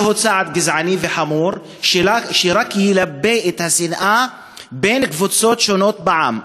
זהו צעד גזעני וחמור שרק ילבה את השנאה בין קבוצות שונות בעם.